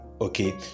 okay